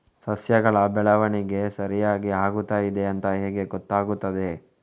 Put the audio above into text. ಸಸ್ಯಗಳ ಬೆಳವಣಿಗೆ ಸರಿಯಾಗಿ ಆಗುತ್ತಾ ಇದೆ ಅಂತ ಹೇಗೆ ಗೊತ್ತಾಗುತ್ತದೆ?